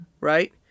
right